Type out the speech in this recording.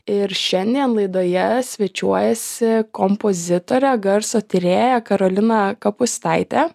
ir šiandien laidoje svečiuojasi kompozitorė garso tyrėja karolina kapustaitė